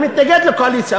אני מתנגד לקואליציה,